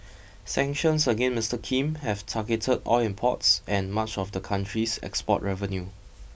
sanctions against Mister Kim have targeted oil imports and much of the country's export revenue